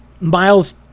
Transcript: Miles